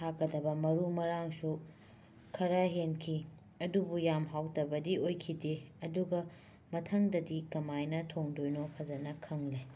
ꯊꯥꯛꯀꯗꯕ ꯃꯔꯨ ꯃꯔꯥꯡꯁꯨ ꯈꯔ ꯍꯦꯟꯈꯤ ꯑꯗꯨꯕꯨ ꯌꯥꯝꯅ ꯍꯥꯎꯇꯕꯗꯤ ꯑꯣꯏꯈꯤꯗꯦ ꯑꯗꯨꯒ ꯃꯊꯪꯗꯗꯤ ꯀꯃꯥꯏꯅ ꯊꯣꯡꯗꯣꯏꯅꯣ ꯐꯖꯟꯅ ꯈꯪꯂꯦ